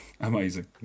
Amazing